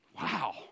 Wow